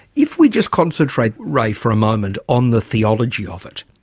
if we just concentrate, ray, for a moment, on the theology of it,